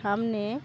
সামনে